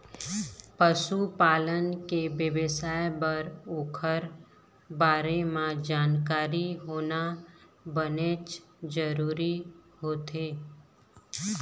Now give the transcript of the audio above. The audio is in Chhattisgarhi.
पशु पालन के बेवसाय बर ओखर बारे म जानकारी होना बनेच जरूरी होथे